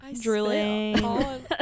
Drilling